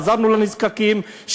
עזרנו לנזקקים,